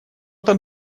там